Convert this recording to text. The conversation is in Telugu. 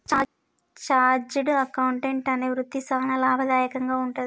చార్టర్డ్ అకౌంటెంట్ అనే వృత్తి సానా లాభదాయకంగా వుంటది